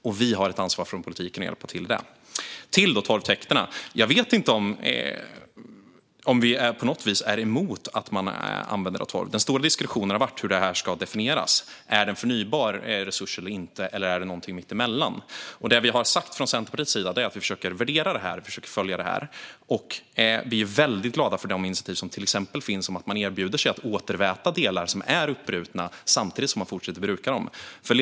Och vi från politiken har ett ansvar att hjälpa till med det. När det gäller torvtäkterna vet jag inte om vi på något vis är emot att man använder torv. Den stora diskussionen har gällt hur detta ska definieras. Är det en förnybar resurs eller inte, eller är det någonting mitt emellan? Från Centerpartiet har vi sagt att vi försöker följa och värdera detta. Vi är väldigt glada för de initiativ som till exempel finns om att man erbjuder sig att återväta delar som är uppbrutna samtidigt som man fortsätter att bruka dem.